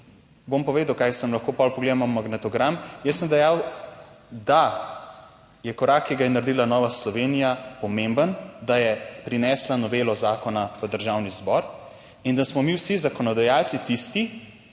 Bom povedal, kaj sem, lahko potem pogledamo v magnetogram. Jaz sem dejal, da je korak, ki ga je naredila Nova Slovenija, pomemben, da je prinesla novelo zakona v Državni zbor in da smo mi vsi zakonodajalci tisti,